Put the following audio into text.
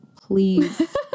please